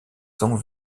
sont